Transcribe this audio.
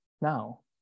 now